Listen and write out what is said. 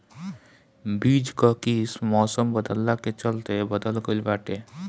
बीज कअ किस्म मौसम बदलला के चलते बदल गइल बाटे